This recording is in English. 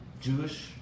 Jewish